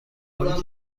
حالی